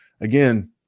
again